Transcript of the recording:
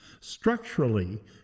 Structurally